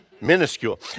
minuscule